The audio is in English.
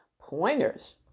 pointers